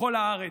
ובכל הארץ.